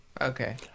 Okay